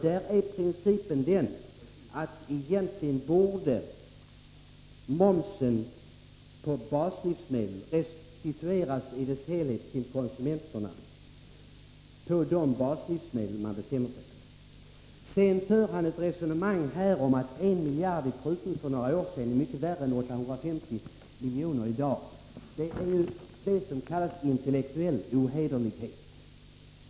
Där är principen att momsen på de baslivsmedel man bestämmer sig för i sin helhet egentligen borde restitueras till konsumenterna. Sedan sade Ulf Lönnqvist att en miljard i prutning för några år sedan är mycket värre än 850 miljoner i dag. Det är detta som kallas intellektuell ohederlighet.